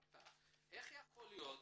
איך יכול להיות